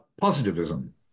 positivism